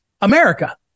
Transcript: America